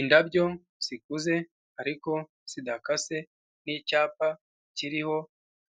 Indabyo zikuze ariko sidakase n'icyapa kiriho